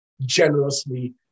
generously